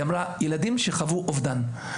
היא אמרה ילדים שחוו אובדן.